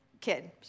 kid